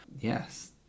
Yes